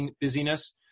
busyness